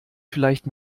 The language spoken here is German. vielleicht